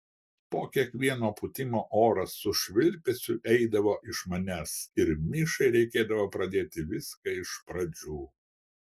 po kiekvieno pūtimo oras su švilpesiu eidavo iš manęs ir mišai reikėdavo pradėti viską iš pradžių